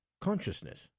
consciousness